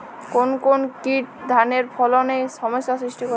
কোন কোন কীট ধানের ফলনে সমস্যা সৃষ্টি করে?